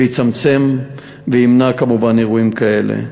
ויצמצם וימנע כמובן אירועים כאלה.